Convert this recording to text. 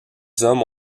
hommes